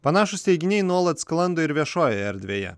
panašūs teiginiai nuolat sklando ir viešojoje erdvėje